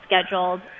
scheduled